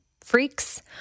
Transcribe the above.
freaks